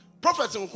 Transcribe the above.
Prophets